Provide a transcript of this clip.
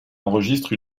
enregistre